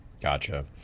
Gotcha